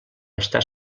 està